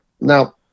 now